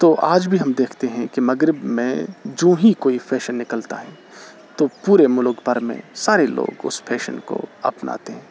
تو آج بھی ہم دیکھتے ہیں کہ مغرب میں جوں ہی کوئی فیشن نکلتا ہے تو پورے ملک بھر میں سارے لوگ اس فیشن کو اپناتے ہیں